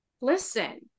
listen